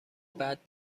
بعد